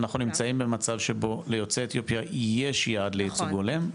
אנחנו נמצאים במצב שבו ליוצאי אתיופיה יש יעד לייצוג הולם.